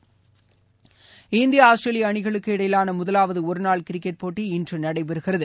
cricket India Australia அணிகளுக்கு இடையிலான முதவாவது ஒருநாள் கிரிக்கெட் போட்டி இன்று நடைபெறுகிறது